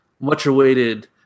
much-awaited